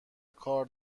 کار